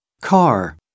Car